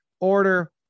order